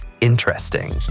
interesting